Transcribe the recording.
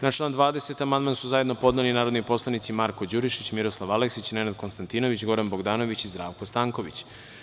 Na član 20. amandman su zajedno podneli narodni poslanici Marko Đurišić, Miroslav Aleksić, Nenad Konstantinović, Goran Bogdanović i Zdravko Stanković.